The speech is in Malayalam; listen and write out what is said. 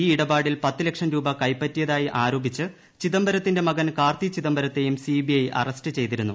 ഈ ഇടപാടിൽ പത്ത് ലക്ഷം രൂപ കൈപറ്റിയതായി ആരോപിച്ച് ചിദംബരത്തിന്റെ മകൻ കാർത്തി ചിദംബത്തെയും സിബിഐ അറസ്റ്റ് ചെയ്തിരുന്നു